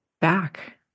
back